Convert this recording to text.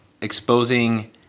exposing